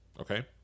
okay